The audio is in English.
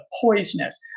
poisonous